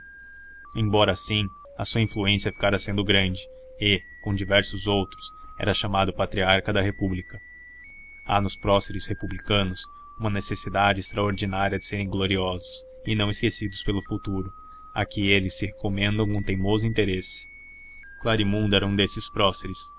embora assim a sua influência ficara sendo grande e com diversos outros era chamado patriarca da república há nos próceres republicanos uma necessidade extraordinária de serem gloriosos e não esquecidos pelo futuro a que eles se recomendam com teimoso interesse clarimundo era um desses próceres